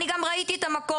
אני ראיתי את המקום,